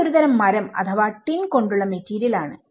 ഇത് ഒരു തരം മരം അഥവാ ടിൻ കൊണ്ടുള്ള മെറ്റീരിയൽ ആണ്